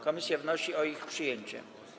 Komisja wnosi o ich przyjęcie.